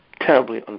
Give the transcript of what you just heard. terribly